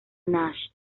nash